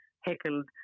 heckled